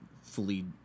fully